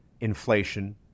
inflation